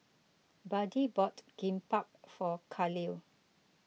Buddie bought Kimbap for Khalil